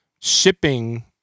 shipping